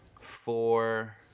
Four